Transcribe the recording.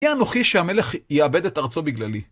היא אנוכי שהמלך יאבד את ארצו בגללי.